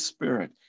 Spirit